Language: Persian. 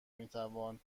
میتوان